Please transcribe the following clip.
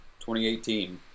2018